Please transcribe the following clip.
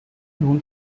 known